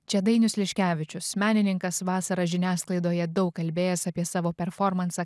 čia dainius liškevičius menininkas vasarą žiniasklaidoje daug kalbėjęs apie savo performansą